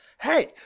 Hey